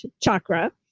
chakra